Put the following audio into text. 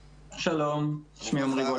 שלום, שמי עמרי,